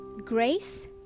Grace